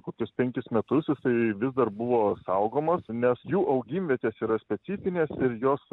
kokius penkis metus jisai vis dar buvo saugomas nes jų augimvietės yra specifinės ir jos